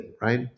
right